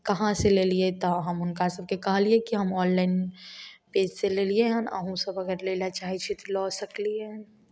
कहाँ से लेलिए तऽ हम उनका सभके कहलिए कि हम ऑनलाइन पेजसॅं लेलियै हन अहूँ सभ अगर लै लऽ चाहे छियै तऽ लऽ सकलियै हन